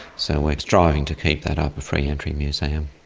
so we're trying to keep that up, a free entry museum.